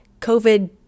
COVID